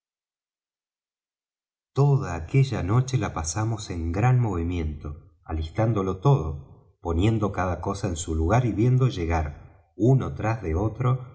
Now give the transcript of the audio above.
toda aquella noche la pasamos en gran movimiento alistándolo todo poniendo cada cosa en su lugar y viendo llegar uno tras de otro